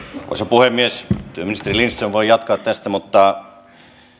puhemies työministeri lindström voi jatkaa tästä mutta